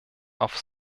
auf